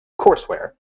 courseware